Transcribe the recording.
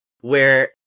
Where-